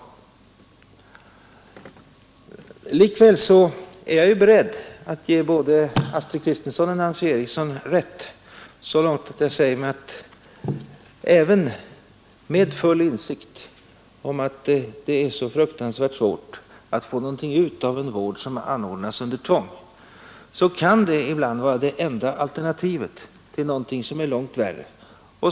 Nr 134 Likväl är jag beredd att ge Astrid Kristensson och Nancy Eriksson rätt Torsdagen den så långt att jag säger att även med full insikt om att det är så fruktansvärt 7 december 1972 svårt att få någonting ut av en vård som anordnas under tvång, så kan det — §jibland vara det enda alternativet till någonting som är långt värre och som Ang.